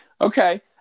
Okay